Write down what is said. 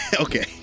okay